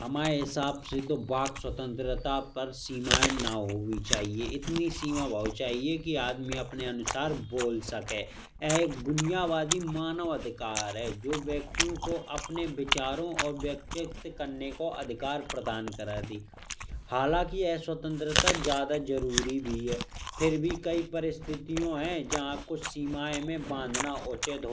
हमाये हिसाब से तो वाक्य स्वतन्त्रता पर सीमाय न होनी चाहिये। इतनी सीमा भाव चाहिये कि आदमी अपने अनुसार बोल सके। यह एक बुनियादी मानव अधिकार है। जो व्यक्तियों को अपने विचारों को व्यक्त करने को अधिकार प्रदान करत ही। हालांकि यह स्वतंत्रता ज्यादा जरूरी भी है फिर भी कई परिस्थितियो है। जहां कुछ सीमायो मे बाँधना उचित